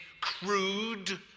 crude